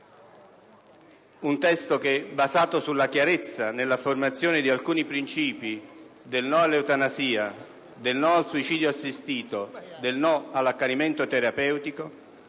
un testo basato sulla chiarezza nella formazione di alcuni princìpi (no all'eutanasia, no al suicidio assistito, no all'accanimento terapeutico)